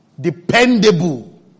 Dependable